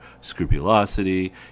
scrupulosity